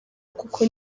kuko